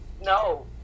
no